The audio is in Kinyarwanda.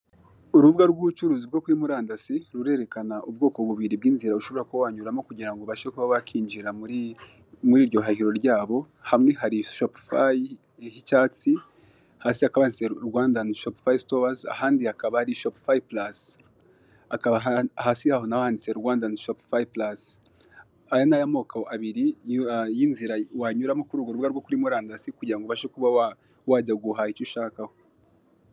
Urubuga rw'ubucuruzi bwo kuri murandasi rurerekana ubwoko bubiri bw'inzira ushobora kunyuramo kungirango ubashe kuba wakwinjira muriryo hahiro ryabo hamwe hari shopu flayi h'icyatsi hasi hakaba handitse Rwandani shopu flayi stowazi ahandi hakaba shopu flayi prasi hasi yaho naho hakaba handitse Rwandani shopu frayi plasi aya n'amoko abiri y'inzira wanyuramo kuri ubwo rubuga rwo kuri murandasi kugirango ubashe kuba warya kugura icyo ushakaho.